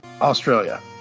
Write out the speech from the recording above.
Australia